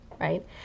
right